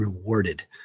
rewarded